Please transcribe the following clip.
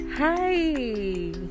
Hi